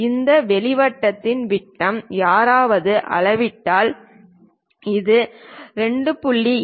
அந்த வெளி வட்டத்தின் விட்டம் யாராவது அளவிட்டால் அது 2